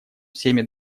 всеми